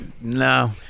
no